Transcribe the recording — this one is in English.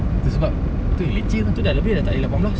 itu sebab itu dah leceh dah